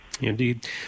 Indeed